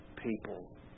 people